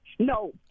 no